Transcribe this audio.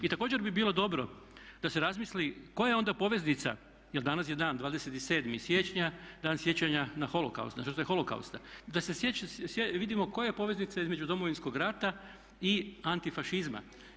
I također bi bilo dobro da se razmisli koja je onda poveznica, jer danas je dan 27. siječnja, Dan sjećanja na holokaust, na žrtve holokausta, da vidimo koja je poveznica između Domovinskog rata i antifašizma.